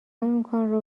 اونکارو